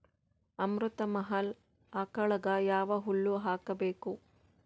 ಅಮೃತ ಮಹಲ್ ಆಕಳಗ ಯಾವ ಹುಲ್ಲು ಹಾಕಬೇಕು?